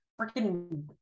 freaking